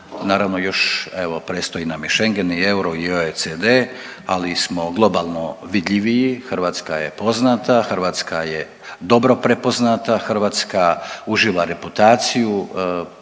Naravno još evo predstoji nam i Schengen i euro i OECD, ali smo globalno vidljiviji, Hrvatska je poznate, Hrvatska je dobro prepoznata, Hrvatska uživa reputaciju,